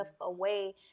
away